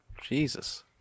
Jesus